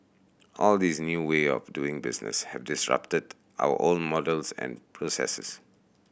all these new way of doing business have disrupted our old models and processes